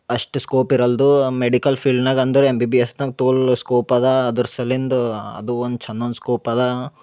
ಅಷ್ಟು ಸ್ಕೋಪ್ ಇರಲ್ದು ಮೆಡಿಕಲ್ ಫೀಲ್ಡ್ನಾಗ ಅಂದ್ರ ಎಮ್ ಬಿ ಬಿ ಎಸ್ ನಂಗ ತೋಲ್ ಸ್ಕೋಪ್ ಅದಾ ಅದ್ರ ಸಲಿಂದು ಅದು ಒಂದು ಚಂದೊಂದ್ ಸ್ಕೋಪ್ ಅದು